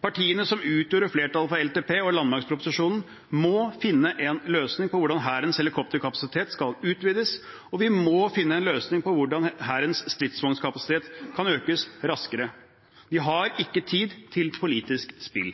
Partiene som utgjør flertall for LTP og landmaktproposisjonen, må finne en løsning på hvordan Hærens helikopterkapasitet skal utvides, og vi må finne en løsning på hvordan Hærens stridsvognkapasitet kan økes raskere. Vi har ikke tid til politisk spill.